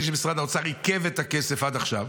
של משרד האוצר עיכבו את הכסף עד עכשיו.